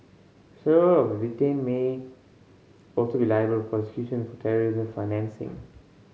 several of the detained may also be liable for prosecution for terrorism financing